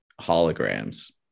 holograms